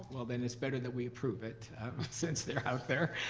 well, then it's better that we approve it since they're out there.